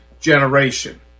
generation